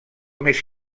més